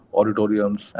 auditoriums